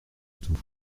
tout